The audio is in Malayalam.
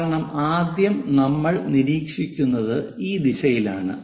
കാരണം ആദ്യം നമ്മൾ നിരീക്ഷിക്കുന്നത് ഈ ദിശയിലാണ്